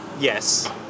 yes